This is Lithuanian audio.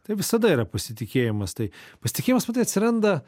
tai visada yra pasitikėjimas tai pasitikėjimas matai atsiranda